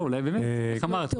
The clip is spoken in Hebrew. לא, אולי באמת, איך אמרת?